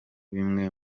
bimwe